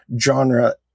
genre